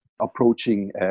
approaching